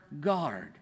guard